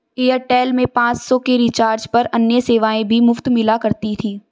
Airtel में पाँच सौ के रिचार्ज पर अन्य सेवाएं भी मुफ़्त मिला करती थी